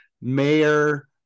Mayor